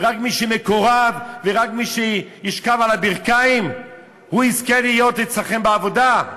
ורק מי שמקורב ורק מי שירד על הברכיים יזכה להיות אצלכם בעבודה?